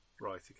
right